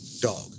dog